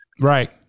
right